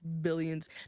billions